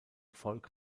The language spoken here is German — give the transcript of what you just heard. volk